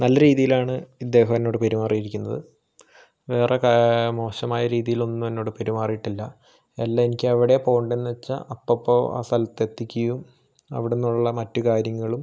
നല്ല രീതിയിലാണ് ഇദ്ദേഹം എന്നോട് പെരുമാറിയിരിക്കുന്നത് വേറെ മോശമായ രീതിയിലൊന്നും എന്നോട് പെരുമാറിട്ടില്ല എനിക്ക് എവിടെയാ പോണ്ടത് എന്നുവെച്ച അപ്പപ്പോ ആ സ്ഥലത്തു എത്തിക്കുകയും അവിടുന്നുള്ള മറ്റു കാര്യങ്ങളും